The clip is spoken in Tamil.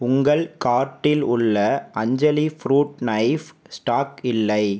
உங்கள் கார்ட்டில் உள்ள அஞ்சலி ஃப்ரூட் நைஃப் ஸ்டாக் இல்லை